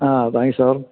ആ thank you sir